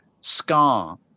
Scar